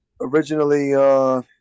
Originally